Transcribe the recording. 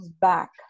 back